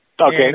Okay